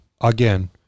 again